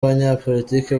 abanyapolitiki